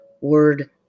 word